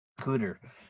cooter